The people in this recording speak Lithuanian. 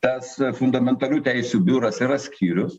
tas fundamentalių teisių biuras yra skyrius